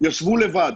ישבו לבד.